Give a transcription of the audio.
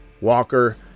walker